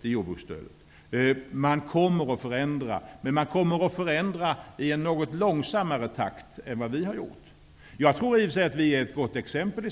till jordbruksstödet skall ner. Man kommer att förändra, men man kommer att förändra i en något långsammare takt än vi har gjort. Jag tror i och för sig att vi i Sverige är ett gott exempel.